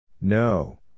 No